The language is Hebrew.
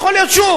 יכול להיות שוב,